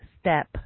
step